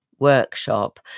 workshop